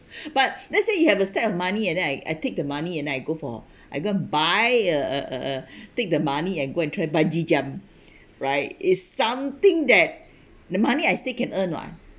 but let's say you have a stack of money and then I I take the money and then I go for I go and buy a a a take the money and go and try bungee jump right is something that the money I still can earn [what]